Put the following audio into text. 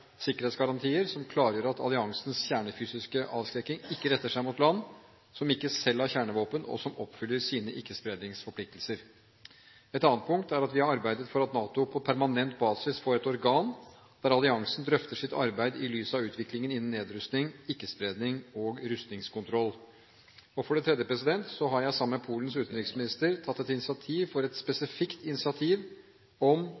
sikkerhetsgarantier, som klargjør at alliansens kjernefysiske avskrekking ikke retter seg mot land som ikke selv har kjernevåpen og som oppfyller sine ikke-spredningsforpliktelser. Et annet punkt er at vi har arbeidet for at NATO på permantent basis får et organ der alliansen drøfter sitt arbeid i lys av utviklingen innenfor nedrustning, ikke-spredning og rustningskontroll. For det tredje har jeg sammen med Polens utenriksminister tatt et initiativ for et spesifikt initiativ om